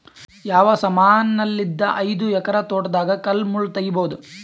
ಯಾವ ಸಮಾನಲಿದ್ದ ಐದು ಎಕರ ತೋಟದಾಗ ಕಲ್ ಮುಳ್ ತಗಿಬೊದ?